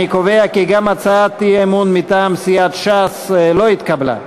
אני קובע כי גם הצעת האי-אמון מטעם סיעת ש"ס לא התקבלה.